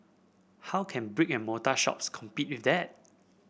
how can brick and mortar shops compete with that